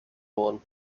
worden